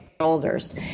shoulders